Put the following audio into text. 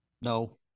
No